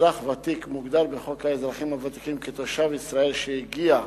אזרח ותיק מוגדר בחוק האזרחים הוותיקים כתושב ישראל שהגיע,